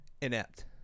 Inept